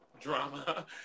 Drama